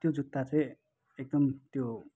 त्यो जुत्ता चाहिँ एकदम त्यो